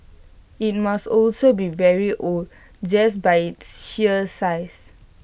IT must also be very old just by its sheer size